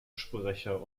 sprecher